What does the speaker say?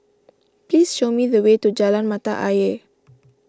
please show me the way to Jalan Mata Ayer